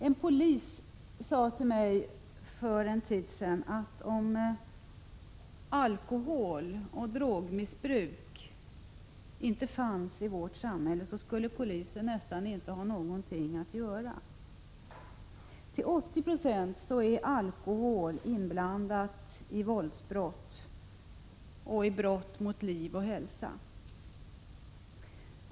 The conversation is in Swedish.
En polis sade till mig för en tid sedan att om alkoholoch drogmissbruk inte fanns i vårt samhälle, så skulle polisen nästan inte ha något att göra. Till 80 6 är alkohol med i bilden vid våldsbrott och brott mot liv och hälsa.